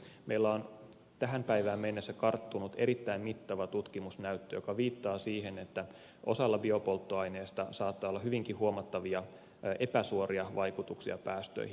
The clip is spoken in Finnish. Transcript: meillä on tähän päivään mennessä karttunut erittäin mittava tutkimusnäyttö joka viittaa siihen että osalla biopolttoaineista saattaa olla hyvinkin huomattavia epäsuoria vaikutuksia päästöihin